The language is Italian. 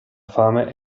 fame